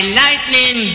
lightning